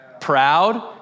proud